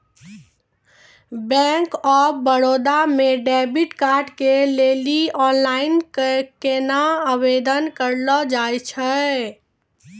Bank of Baroda मे debit card के लेली आनलाइन केना आवेदन करलो जाय छै?